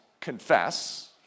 confess